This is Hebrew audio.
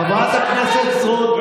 אני, יש לי, חברת הכנסת סטרוק,